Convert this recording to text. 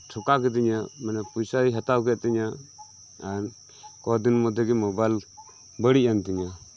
ᱴᱷᱚᱠᱟ ᱠᱤᱫᱤᱧᱟ ᱢᱟᱱᱮ ᱯᱚᱭᱥᱟᱭ ᱦᱟᱛᱟᱣᱠᱮᱫ ᱛᱤᱧᱟᱹ ᱟᱨ ᱠᱚᱫᱤᱱ ᱢᱚᱫᱷᱮᱜᱤ ᱢᱚᱵᱟᱭᱤᱞ ᱵᱟᱹᱲᱤᱡ ᱮᱱᱛᱤᱧᱟᱹ